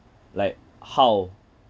like how